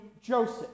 Joseph